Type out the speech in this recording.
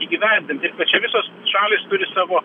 įgyvendint taip kad čia visos šalys turi savo